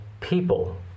people